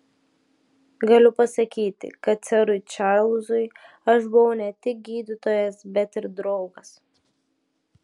galiu pasakyti kad serui čarlzui aš buvau ne tik gydytojas bet ir draugas